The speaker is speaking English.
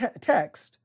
text